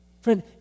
Friend